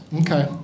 Okay